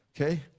okay